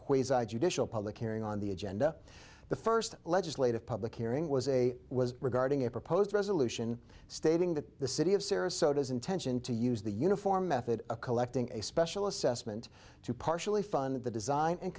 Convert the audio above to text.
quasar judicial public hearing on the agenda the first legislative public hearing was a was regarding a proposed resolution stating that the city of sarasota is intention to use the uniform method of collecting a special assessment to partially fund the design and